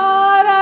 God